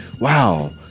wow